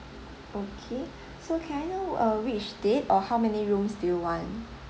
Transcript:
okay so can I know uh which date or how many rooms do you want